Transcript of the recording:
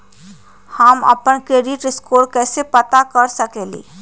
हम अपन credit score कैसे पता कर सकेली?